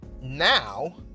now